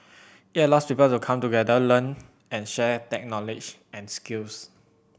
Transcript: it allows people to come together learn and share tech knowledge and skills